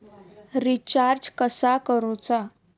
Recharge कसा करूचा?